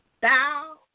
thou